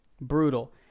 Brutal